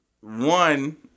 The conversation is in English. One